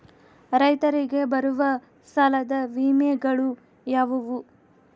ರೈತರಿಗೆ ಬರುವ ಸಾಲದ ವಿಮೆಗಳು ಯಾವುವು?